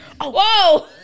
Whoa